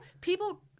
People